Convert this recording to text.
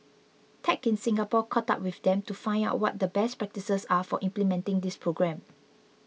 tech in Singapore caught up with them to find out what the best practices are for implementing this program